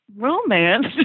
romance